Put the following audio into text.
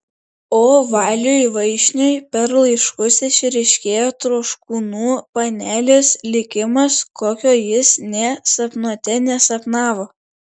o valiui vaišniui per laiškus išryškėja troškūnų panelės likimas kokio jis nė sapnuote nesapnavo